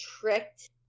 tricked